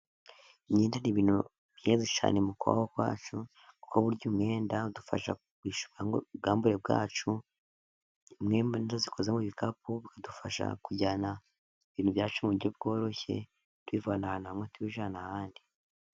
Imyenda ni ibintu byeza cyane mu kubaho kwacu, kuko burya umwenda udufasha guhisha ubwambure bwacu, imyenda iyo ikoze mu bikapu, bikadufasha kujyana ibintu byacu mu buryo bworoshye, tuyivana ahantu hamwe, tuyijyana ahandi.